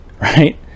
right